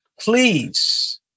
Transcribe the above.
please